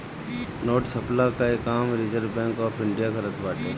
note छ्पला कअ काम रिजर्व बैंक ऑफ़ इंडिया करत बाटे